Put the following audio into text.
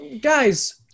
Guys